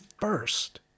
first